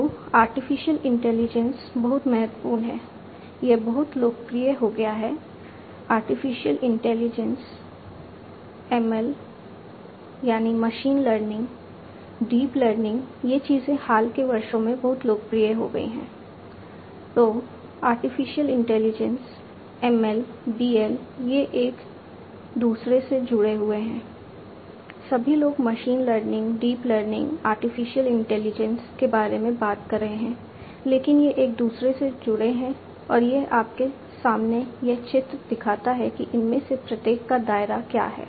तो artificial intelligence के बारे में बात कर रहे हैं लेकिन ये एक दूसरे से जुड़े हैं और यह आपके सामने यह चित्र दिखाता है कि इनमें से प्रत्येक का दायरा क्या है